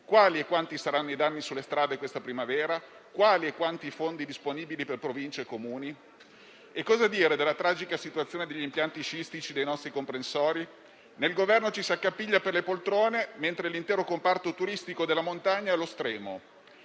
Quali e quanti saranno i danni sulle strade questa primavera? Quali e quanti i fondi disponibili per Province e Comuni? Cosa dire, inoltre, della tragica situazione degli impianti sciistici dei nostri comprensori? Nel Governo ci si accapiglia per le poltrone, mentre l'intero comparto turistico della montagna è allo stremo.